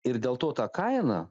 ir dėl to ta kaina